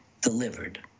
delivered